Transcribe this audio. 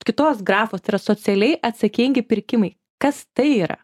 kitos grafos tai yra socialiai atsakingi pirkimai kas tai yra